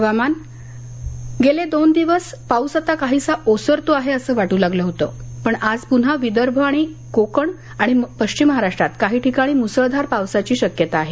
हवामान गेले दोन दिवस पाऊस आता काहिसा ओसरतो आहे असं वाटू लागलं होतं पण आज पुन्हा विदर्भ कोकण आणि पश्चिम महाराष्ट्रात काही ठिकाणी मुसळधार पावसाची शक्यता आहे